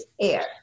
air